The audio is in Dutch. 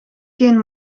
geen